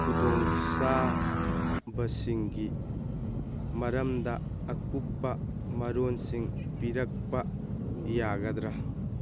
ꯈꯨꯗꯣꯡ ꯆꯥꯕꯁꯤꯡꯒꯤ ꯃꯔꯝꯗ ꯑꯀꯨꯞꯄ ꯃꯔꯣꯜꯁꯤꯡ ꯄꯤꯔꯛꯄ ꯌꯥꯒꯗ꯭ꯔꯥ